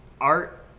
art